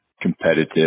competitive